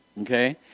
Okay